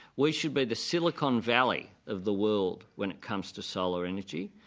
we should be the silicon valley of the world when it comes to solar energy.